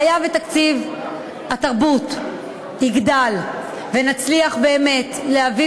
והיה ותקציב התרבות יגדל ונצליח באמת להביא